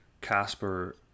Casper